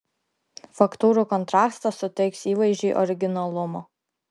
faktūrų kontrastas suteiks įvaizdžiui originalumo